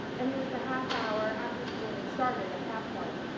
and it was a half hour after school had started at that point.